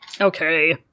Okay